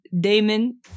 Damon